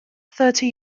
thirty